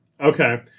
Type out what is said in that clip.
Okay